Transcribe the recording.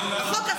מחוקק.